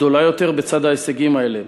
גדולה יותר בצד ההישגים האלה.